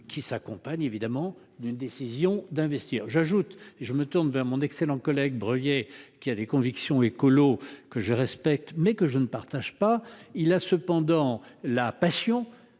qui s'accompagne évidemment d'une décision d'investir. J'ajoute et je me tourne vers mon excellent collègue Breuiller qui a des convictions écolo que je respecte mais que je ne partage pas. Il a cependant la passion